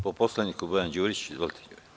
Po Poslovniku Bojan Đurić, izvolite.